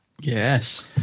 yes